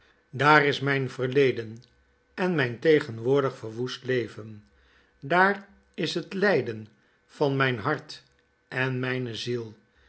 daar is mijn verleden en myn tegenwoordig verwoest leveh dar is het lyden van myn hart en rape ziel